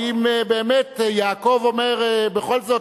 האם באמת יעקב אומר: בכל זאת,